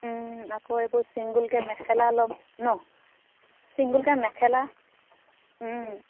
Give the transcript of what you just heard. আকৌ এইবোৰ চিংগুলকে মেখেলা অলপ ন চিংগুলকে মেখেলা